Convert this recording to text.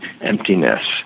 emptiness